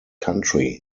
country